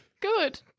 Good